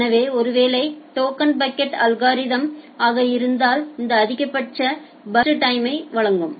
எனவேஒருவேளை token bucket algorithm ஆக இருந்தால் இது அதிகபட்ச பர்ஸ்ட் சைஸ் யை வழங்கும்